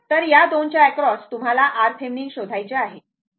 तर या 2 च्या अक्रॉस तुम्हाला RThevenin शोधायचे आहे